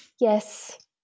Yes